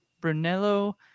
Brunello